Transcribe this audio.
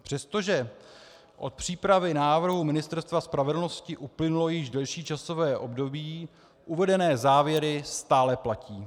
Přestože od přípravy návrhu Ministerstva spravedlnosti uplynulo již delší časové období, uvedené závěry stále platí.